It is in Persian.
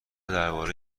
درباره